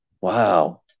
Wow